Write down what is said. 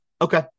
Okay